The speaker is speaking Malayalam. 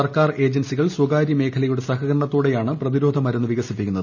സർക്കാർ ഏജൻസികൾ സ്വകാര്യ മേഖലയുടെ സഹകരണത്തോടെയാണ് പ്രതിരോധമരുന്ന് വികസിപ്പിക്കുന്നത്